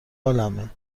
حالمه